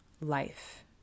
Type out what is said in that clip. life